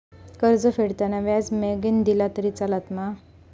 कर्ज फेडताना व्याज मगेन दिला तरी चलात मा?